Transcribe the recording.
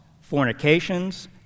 fornications